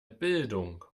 bildung